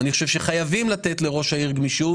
אני חושב שחייבים לתת לראש העיר גמישות,